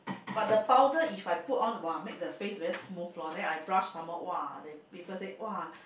but the powder If I put on !wah! make the face very smooth lor then I brush some more !wah! they people say !wah!